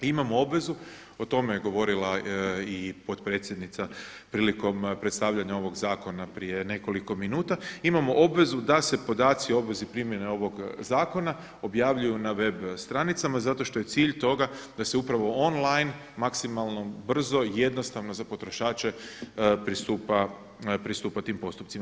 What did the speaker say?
Imamo obvezu, o tom je govorila i potpredsjednica prilikom predstavljanja ovog zakona prije nekoliko minuta, imamo obvezu da se podaci o obvezi primjene ovog zakona objavljuju na web stranicama zato što je cilj toga da se upravo online maksimalno brzo i jednostavno za potrošače pristupa tim postupcima.